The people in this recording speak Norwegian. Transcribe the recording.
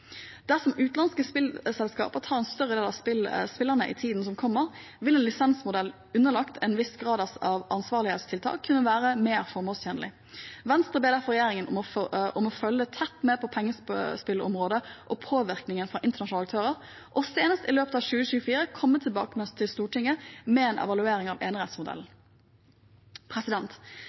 Dersom utenlandske spillselskaper tar en større del av spillerne i tiden som kommer, vil en lisensmodell underlagt en viss grad av ansvarlighetstiltak kunne være mer formålstjenlig. Venstre ber derfor regjeringen om å følge tett med på pengespillområdet og påvirkningen fra internasjonale aktører og senest i løpet av 2024 komme tilbake til Stortinget med en evaluering av